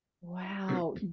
Wow